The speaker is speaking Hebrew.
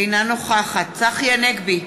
אינה נוכחת צחי הנגבי,